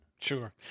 Sure